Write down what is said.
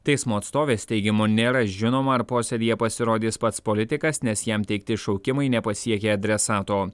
teismo atstovės teigimu nėra žinoma ar posėdyje pasirodys pats politikas nes jam teikti šaukimai nepasiekė adresato